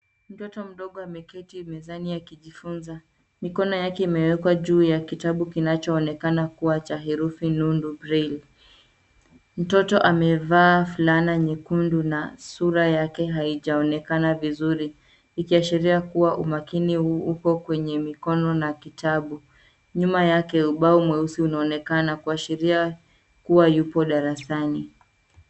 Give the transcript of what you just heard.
Mtoto mdogo ameketi mezani akijifunza. Mikono yake imewekwa juu ya kitabu kinachoonekana kuwa cha herufi nundu braille . Mtoto amevaa fulana nyekundu na sura yake haijaonekana vizuri, ikiashiria kuwa umakini upo kwenye mikono na kitabu. Nyuma yake ubao mweusi unaonekana kuashiria kuwa yupo darasani.